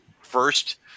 first